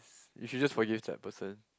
you should just forgive that person